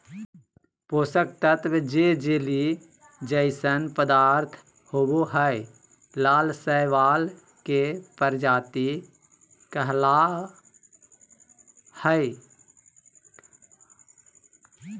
पोषक तत्त्व जे जेली जइसन पदार्थ होबो हइ, लाल शैवाल के प्रजाति कहला हइ,